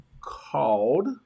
called